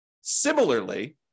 Similarly